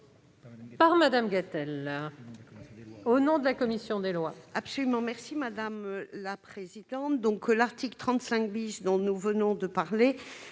et Mme Gatel, au nom de la commission des lois,